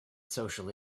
social